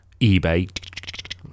ebay